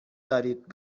دارید